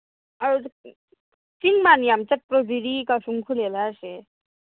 ꯆꯤꯡ ꯃꯥꯟ ꯌꯥꯝ ꯆꯠꯄ ꯖꯤꯔꯤ ꯀꯥꯁꯨꯡ ꯈꯨꯂꯦꯟ ꯍꯥꯏꯁꯦ